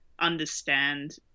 understand